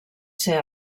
ser